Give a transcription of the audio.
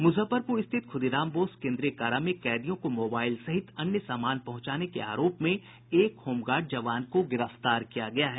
मुजफ्फरपुर स्थित खुदीराम बोस केन्द्रीय कारा में कैदियों को मोबाईल सहित अन्य सामान पहुंचाने के आरोप में एक होमगार्ड जवान को गिरफ्तार किया गया है